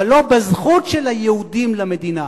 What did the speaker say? אבל לא בזכות של היהודים למדינה.